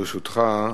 ברשותך,